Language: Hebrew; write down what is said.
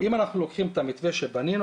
אם אנחנו לוקחים את המתווה שבנינו,